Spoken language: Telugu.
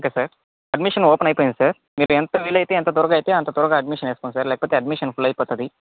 ఓకే సార్ అడ్మిషన్స్ ఓపెన్ అయిపోయాయి సార్ మీరు ఎంత వీలైతే ఎంత త్వరగా అయితే అంత త్వరగా అడ్మిషన్ వేసుకోండి సార్ లేకపోతే అడ్మిషన్ ఫుల్ అయిపోతుంది